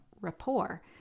rapport